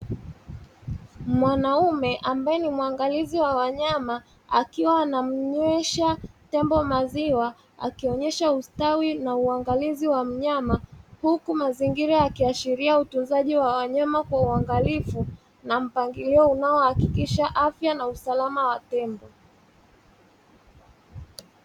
Mwanaume ambaye ni mwangalizi wa wanyama, akiwa anamnywesha tembo maziwa; akionyesha ustawi na uangalizi wa mnyama, huku mazingira yakiashiria utunzaji wa wanyama kwa uangalifu na mpangilio unaohakikisha afya na usalama wa tembo.